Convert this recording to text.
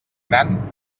gran